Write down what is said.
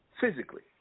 Physically